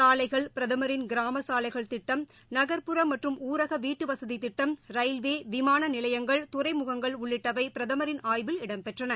சாலைகள் பிரதமரின் கிராமசாலைகள் திட்டம் நகர்புற மற்றும் ஊரகவீட்டுவசதிதிட்டம் ரயில்வே விமானநிலையங்கள் துறைமுகங்கள் உள்ளிட்டவைபிரதமரின் ஆய்வில் இடம்பெற்றன